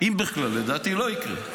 אם בכלל, לדעתי לא יקרה.